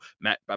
Matt